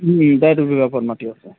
ৰ ওপৰত মাটি আছে